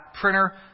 printer